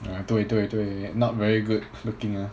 啊对对对 not very good looking ah